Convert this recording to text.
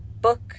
book